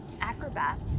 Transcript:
Acrobats